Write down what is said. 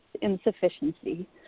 insufficiency